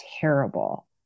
terrible